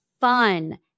fun